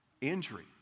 injury